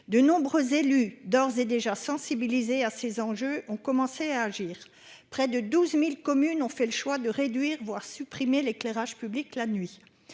De nombreux élus d'ores et déjà sensibilisé à ces enjeux ont commencé à agir. Près de 12.000 communes ont fait le choix de réduire voire supprimer l'éclairage public la nuit.